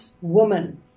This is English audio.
woman